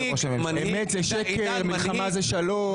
אמת זה שקר, מלחמה זה שלום.